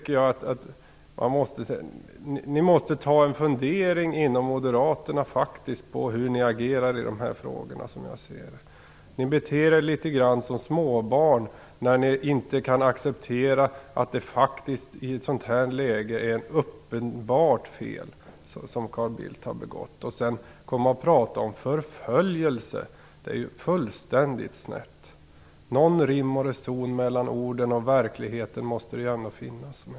Inom moderaterna måste ni faktiskt fundera över hur ni agerar i de här frågorna. Ni beter er som småbarn när ni inte kan acceptera att Carl Bildt faktiskt har begått ett uppenbart fel. Att prata om förföljelse är ju fullkomligt snett. Någon rim och reson mellan orden och verkligheten måste ändå finnas.